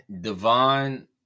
Devon